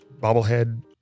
bobblehead